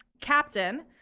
captain